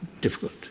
difficult